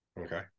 okay